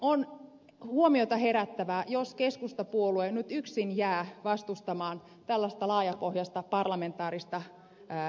on huomiota herättävää jos keskustapuolue nyt yksin jää vastustamaan tällaista laajapohjaista parlamentaarista valmistelua